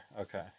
okay